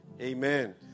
amen